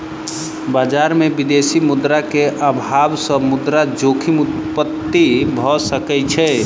बजार में विदेशी मुद्रा के अभाव सॅ मुद्रा जोखिम उत्पत्ति भ सकै छै